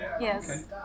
Yes